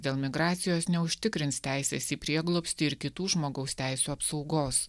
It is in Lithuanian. dėl migracijos neužtikrins teisės į prieglobstį ir kitų žmogaus teisių apsaugos